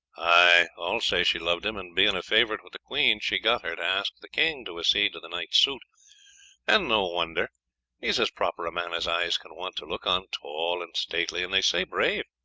ay, all say she loved him, and, being a favourite with the queen, she got her to ask the king to accede to the knight's suit and no wonder, he is as proper a man as eyes can want to look on tall and stately, and they say brave.